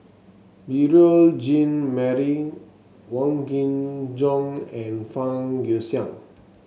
Beurel Jean Marie Wong Kin Jong and Fang Guixiang